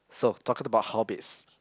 so talking about hobbies